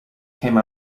came